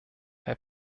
herr